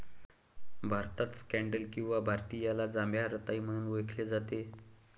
भारतात स्कँडल किंवा भारतीयाला जांभळ्या रताळी म्हणून ओळखले जाते